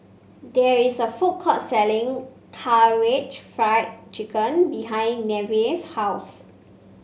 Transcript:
there is a food court selling Karaage Fried Chicken behind Neveah's house